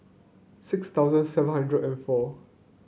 six thousand seven hundred and four